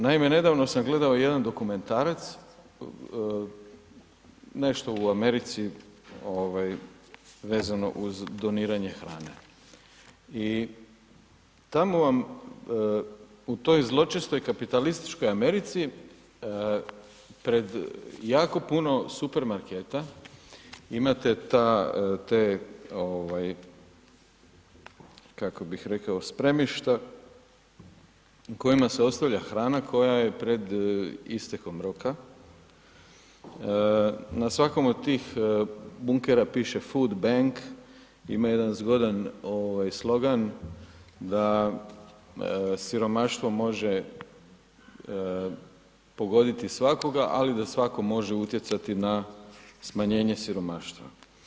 Naime, nedavno sam gledao jedan dokumentarac, nešto u Americi ovaj vezano uz doniranje hrane i tamo vam u toj zločestoj kapitalističkoj Americi pred jako puno supermarketa imate ta, te ovaj kako bih rekao spremišta u kojima se ostavlja hrana koja je pred istekom roka, na svakom od tih bunkera piše food bank ima jedan zgodan ovaj slogan da siromaštvo može pogoditi svakoga ali da svako može utjecati na smanjenje siromaštva.